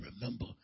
remember